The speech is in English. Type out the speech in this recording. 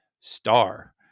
star